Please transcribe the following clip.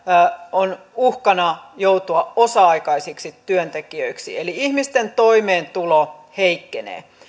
on uhkana joutua osa aikaisiksi työntekijöiksi eli ihmisten toimeentulo heikkenee